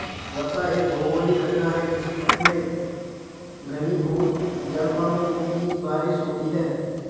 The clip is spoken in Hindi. वर्षा एक भौगोलिक घटना है जिसमें घनीभूत जलकणों की बारिश होती है